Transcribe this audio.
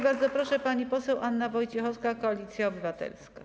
Bardzo proszę, pani poseł Anna Wojciechowska, Koalicja Obywatelska.